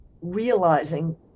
realizing